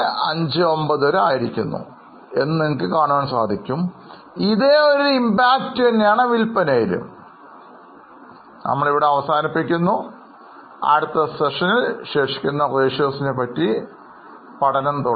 59 വരെ ആയിരിക്കുന്നു എന്ന് നിങ്ങൾക്ക് കാണാം ഇതേ ആഘാതം തന്നെയാണ് വിൽപ്പനയിലും അതിനാൽ നമ്മൾ ഇവിടെ അവസാനിപ്പിക്കുന്നു അടുത്ത സെഷനിൽ ശേഷിക്കുന്ന അനുപാദങ്ങളെ പറ്റി തുടരാം